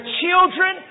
children